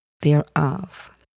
thereof